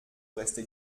rester